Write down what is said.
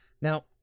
Now